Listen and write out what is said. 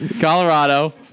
Colorado